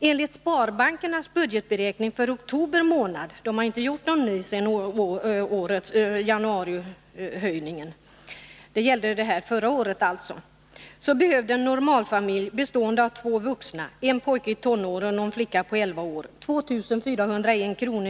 Enligt sparbankernas budgetberäkning för oktober månad förra året — de harinte gjort någon ny efter höjningarna i januari — behövde en normalfamilj bestående av två vuxna, en pojke i tonåren och en flicka på 11 år 2 401 kr.